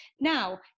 Now